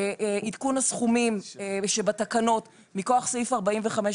עדכון הסכומים שבתקנות מכוח סעיף 45,